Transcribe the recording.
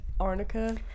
arnica